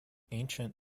ancient